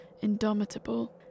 indomitable